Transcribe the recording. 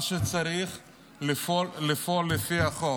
מה שצריך זה לפעול לפי החוק,